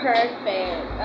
Perfect